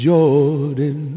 Jordan